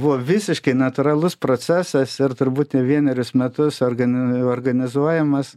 buvo visiškai natūralus procesas ir turbūt ne vienerius metus organi organizuojamas